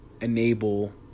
enable